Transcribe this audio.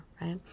right